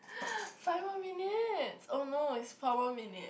five more minutes oh no it's four more minute